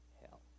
hell